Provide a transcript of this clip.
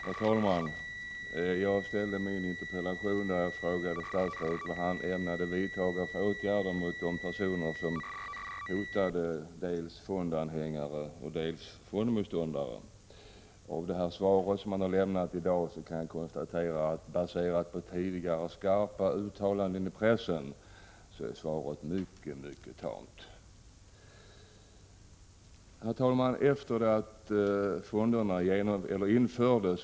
Herr talman! Jag ställde min interpellation för att fråga statsrådet vad för åtgärder han ämnar vidta mot de personer som hotar dels fondanhängare, dels fondmotståndare. Baserat på tidigare skarpa uttalanden i pressen konstaterar jag att det svar han har lämnat i dag är mycket, mycket tamt. Herr talman! Efter det att fonderna infördes för en del år sedan har Prot.